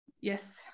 Yes